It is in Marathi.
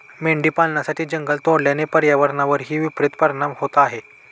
मेंढी पालनासाठी जंगल तोडल्याने पर्यावरणावरही विपरित परिणाम होत आहे